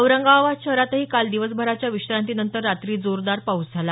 औरंगाबाद शहरातही काल दिवसभराच्या विश्रांतीनंतर रात्री जोरदार पाऊस झाला